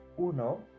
uno